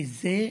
פיז"ה?